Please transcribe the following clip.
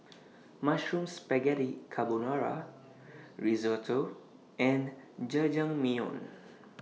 Mushroom Spaghetti Carbonara Risotto and Jajangmyeon